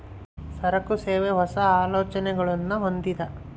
ಸರಕು, ಸೇವೆ, ಹೊಸ, ಆಲೋಚನೆಗುಳ್ನ ಹೊಂದಿದ